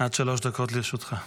עד שלוש דקות לרשותך.